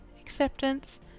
acceptance